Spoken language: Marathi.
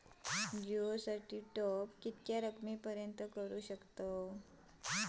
जिओ साठी टॉप किती रकमेपर्यंत करू शकतव?